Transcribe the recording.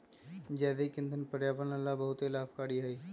जैविक ईंधन पर्यावरण ला बहुत लाभकारी हई